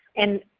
and,